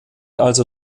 also